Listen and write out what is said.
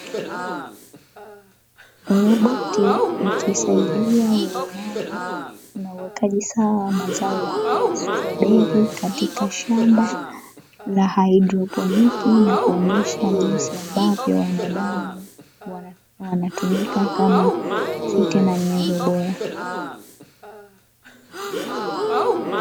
Roboti ikisaidiya uonaji na uwekaji sawa wa mazao ya strobeli katika shamba la haidroponiki na kuonyesha jinsi ambavyo wanadamu wanatumika kama si tena nyanzo bora.